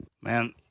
Man